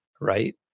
right